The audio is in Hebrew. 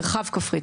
מרחב כפרי,